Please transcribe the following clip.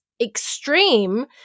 extreme